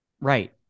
Right